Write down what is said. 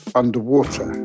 underwater